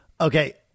Okay